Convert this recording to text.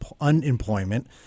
Unemployment